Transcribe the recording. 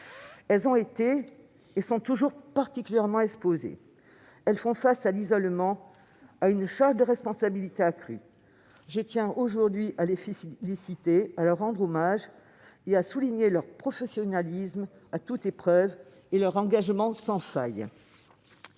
Celles-ci ont été, et sont toujours, particulièrement exposées. Elles font face à l'isolement et à une charge de responsabilité accrue. Je tiens aujourd'hui à les féliciter, à leur rendre hommage et à souligner leur professionnalisme à toute épreuve et leur engagement sans faille.